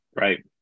Right